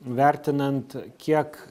vertinant kiek